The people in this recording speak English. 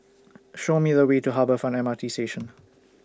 Show Me The Way to Harbour Front M R T Station